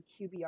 qbr